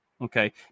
Okay